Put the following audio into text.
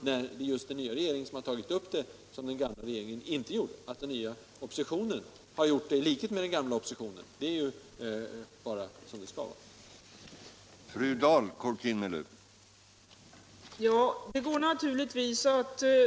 Det är ju just den nya regeringen som har tagit upp den frågan, vilket den gamla regeringen inte gjorde. Att den nya oppositionen har gjort det, i likhet med den gamla oppositionen, är ju bara som det skall vara.